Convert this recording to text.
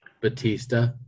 Batista